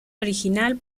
original